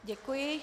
Děkuji.